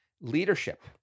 leadership